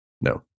No